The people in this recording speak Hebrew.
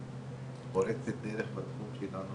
פורצת דרך בתחום שלנו